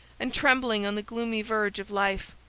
and trembling on the gloomy verge of life.